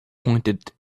pointed